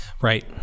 Right